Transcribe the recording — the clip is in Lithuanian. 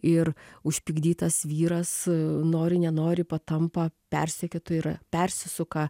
ir užpikdytas vyras nori nenori patampa persekiotoju ir persisuka